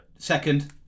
Second